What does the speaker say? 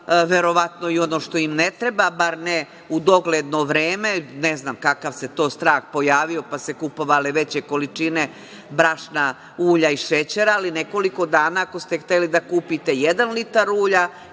verovatno, i ono što im ne treba, bar ne u dogledno vreme. Ne znam kakav se to strah pojavio, pa su se kupovale veće količine brašna, ulja i šećera, ali nekoliko dana ako ste hteli da kupite jedan litar ulja